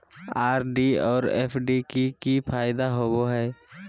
RD और FD के की फायदा होबो हइ?